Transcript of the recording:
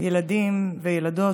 ילדים וילדות,